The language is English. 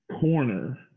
Corner